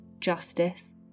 justice